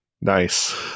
Nice